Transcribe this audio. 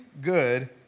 good